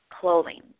clothing